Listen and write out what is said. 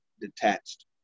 detached